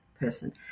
person